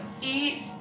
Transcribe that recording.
EAT